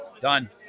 Done